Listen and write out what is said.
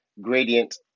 gradient